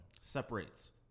separates